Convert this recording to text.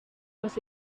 was